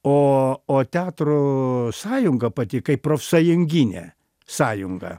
o o teatro sąjunga pati kaip profsąjunginė sąjunga